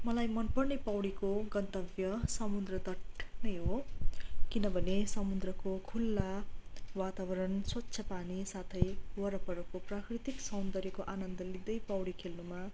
मलाई मन पर्ने पौडीको गन्तव्य समुद्र तट नै हो किनभने समुद्रको खुला वातावरण स्वच्छ पानी साथै वरपरको प्राकृतिक सौन्दर्यको आनन्द लिँदै पौडी खेल्नुमा